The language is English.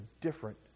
different